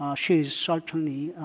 she's certainly,